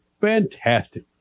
fantastic